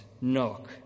Knock